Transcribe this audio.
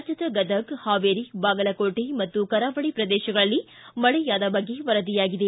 ರಾಜ್ಯದ ಗದಗ್ ಹಾವೇರಿ ಬಾಗಲಕೋಟೆ ಮತ್ತು ಕರಾವಳಿ ಪ್ರದೇಶಗಳಲ್ಲಿ ಮಳೆಯಾದ ಬಗ್ಗೆ ವರದಿಯಾಗಿದೆ